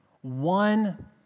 one